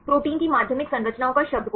protein की माध्यमिक संरचनाओं का शब्दकोश